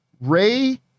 Ray